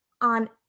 on